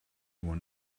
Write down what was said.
one